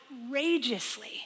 outrageously